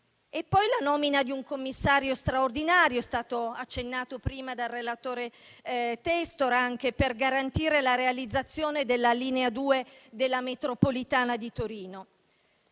poi la nomina di un commissario straordinario, a cui ha accennato prima la relatrice Testor, anche per garantire la realizzazione della linea 2 della metropolitana di Torino.